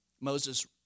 Moses